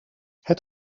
het